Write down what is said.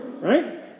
Right